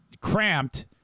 cramped